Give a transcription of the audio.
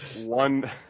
one